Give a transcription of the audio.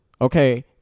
Okay